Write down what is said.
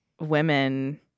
women